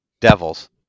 Devils